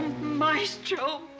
maestro